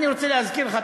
אני רוצה להזכיר לך,